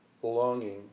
belonging